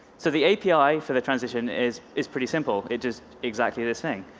so the api for the transition is is pretty simple. it is exactly this thing.